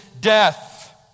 death